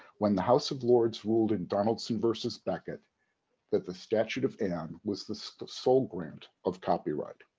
when the house of lords ruled in donaldson versus beckett that the statute of anne was the sort of sole grant of copyright.